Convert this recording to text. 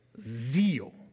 Zeal